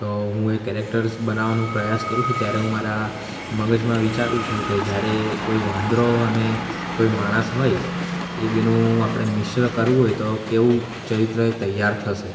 તો હું એ કેરેક્ટર્સ બનાવવાનું પ્રયાસ કરું છું ત્યારે હું મારા મગજમાં વિચારું છું કે જ્યારે કોઈ વાંદરો અને કોઈ માણસ હોય એ બેનું આપણે મિશ્ર કરવું હોય તો કેવું ચરિત્ર તૈયાર થશે